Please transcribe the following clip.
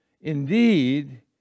Indeed